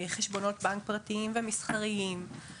חשבונות בנק פרטיים ומסחריים,